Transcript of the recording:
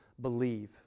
believe